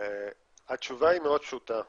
התשובה היא מאוד פשוטה.